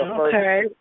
Okay